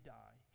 die